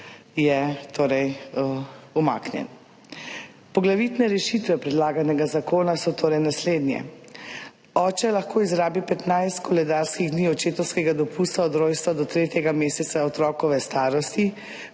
Poglavitne rešitve predlaganega zakona so torej naslednje. Oče lahko izrabi 15 koledarskih dni očetovskega dopusta od rojstva do tretjega meseca otrokove starosti,